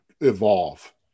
evolve